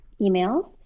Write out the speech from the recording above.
emails